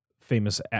famous